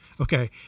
Okay